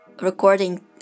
recording